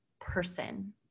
person